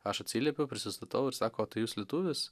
aš atsiliepiu prisistatau ir sako tai jūs lietuvis